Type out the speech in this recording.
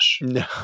No